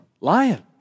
lion